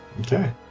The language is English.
Okay